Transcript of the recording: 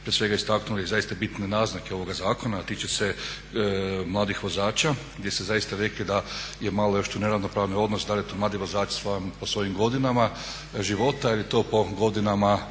prije svega istaknuli zaista bitne naznake ovoga zakona, a tiče se mladih vozača, gdje ste zaista rekli da je malo još tu neravnopravan odnos da li je to mladi vozač po svojim godinama života ili to po godinama